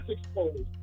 exposed